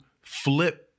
flip